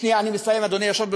שנייה, אני מסיים, אדוני, עכשיו.